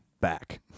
back